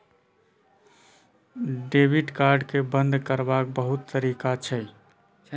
debit card केँ बंद करबाक बहुत तरीका छै